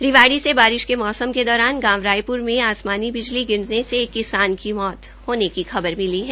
रेवाड़ी से बारिश की दौरान गांव रायप्र में आसमानी बिजली गिरने से एक किसान की मौत होने की खबर मिली है